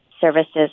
services